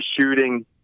shooting